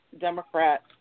Democrat